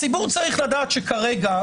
הציבור צריך לדעת שכרגע,